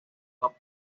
top